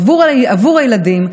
עבור הילדים,